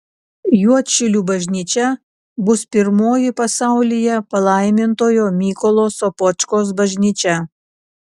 juodšilių bažnyčia bus pirmoji pasaulyje palaimintojo mykolo sopočkos bažnyčia